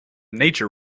nature